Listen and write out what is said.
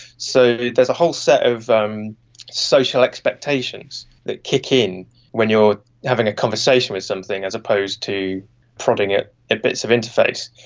so there's a whole set of um social expectations that kick in when you are having a conversation with something as opposed to prodding at bits of interface.